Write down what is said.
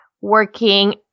working